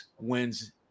wins